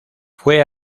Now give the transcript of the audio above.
fue